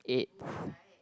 eighth